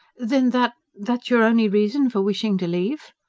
then that that's your only reason for wishing to leave?